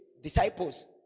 disciples